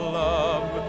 love